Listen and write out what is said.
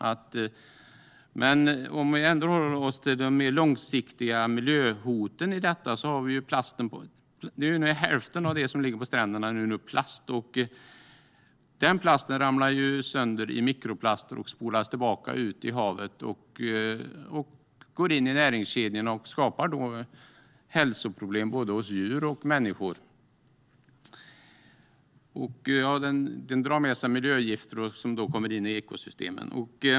När det gäller de mer långsiktiga miljöhoten är ungefär hälften av skräpet som ligger på stränderna plast som faller sönder i mikroplaster. Den spolas sedan tillbaka ut i havet, går in i näringskedjorna och skapar därmed hälsoproblem hos både djur och människor. Den drar med sig miljögifter som kommer in i ekosystemen.